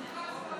אתה בקריאה ראשונה.